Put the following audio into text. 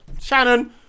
Shannon